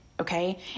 okay